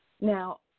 Now